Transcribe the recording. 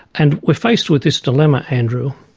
and we're faced with this dilemma andrew,